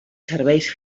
serveis